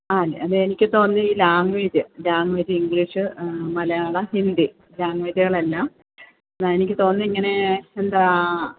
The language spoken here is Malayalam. ആ അത് എനിക്ക് തോന്നീ ഈ language language English Malayalam Hindi ലാങ്വേജ്കളെല്ലാം എനിക്ക് തോന്നുന്നു ഇങ്ങനെ എന്താ